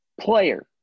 player